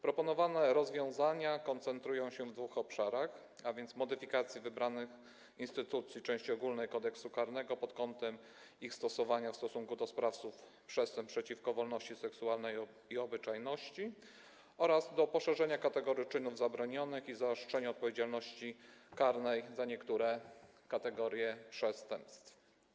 Proponowane rozwiązania koncentrują się w dwóch obszarach, a więc modyfikacji wybranych instytucji części ogólnej Kodeksu karnego pod kątem ich stosowania w stosunku do sprawców przestępstw przeciwko wolności seksualnej i obyczajności oraz poszerzenia kategorii czynów zabronionych i zaostrzenia odpowiedzialności karnej za niektóre kategorie przestępstw.